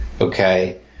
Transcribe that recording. okay